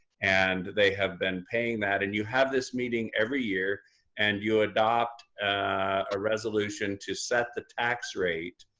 and they have been paying that. and you have this meeting every year and you adopt a resolution to set the tax rate